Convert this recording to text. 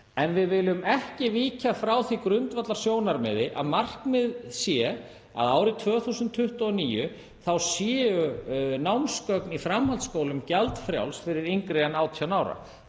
En við viljum ekki víkja frá því grundvallarsjónarmiði að markmiðið sé að árið 2029 séu námsgögn í framhaldsskólum gjaldfrjáls fyrir yngri en 18 ára.